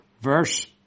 verse